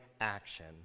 action